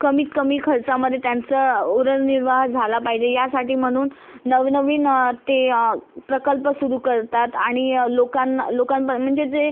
कमीत कमी खर्चामधे त्यांचं उदरनिर्वाह झाला पायजे यासाठी म्हनून नवनवीन ते प्रकल्प सुरू करतात आणि लोकांना लोकांपरं मंजे जे